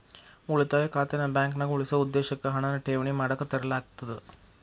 ಉಳಿತಾಯ ಖಾತೆನ ಬಾಂಕ್ನ್ಯಾಗ ಉಳಿಸೊ ಉದ್ದೇಶಕ್ಕ ಹಣನ ಠೇವಣಿ ಮಾಡಕ ತೆರೆಯಲಾಗ್ತದ